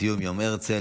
ציון יום הרצל.